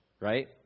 Right